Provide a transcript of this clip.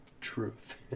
truth